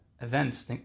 events